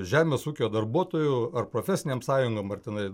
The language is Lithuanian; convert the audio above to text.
žemės ūkio darbuotojų ar profesinėm sąjungom ar tenai